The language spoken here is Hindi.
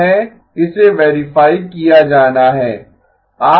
इसे वेरीफाई किया जाना है